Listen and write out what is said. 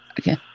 Okay